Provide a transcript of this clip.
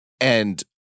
And-